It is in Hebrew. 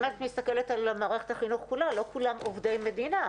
אם את מסתכלת על מערכת החינוך כולה לא כולם עובדי מדינה,